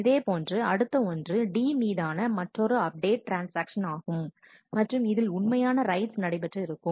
இதேபோன்று அடுத்த ஒன்று D மீதான மற்றொரு அப்டேட் ட்ரான்ஸ்ஆக்ஷன் ஆகும் மற்றும் அதில் உண்மையான ரைட்ஸ் நடைபெற்று இருக்கும்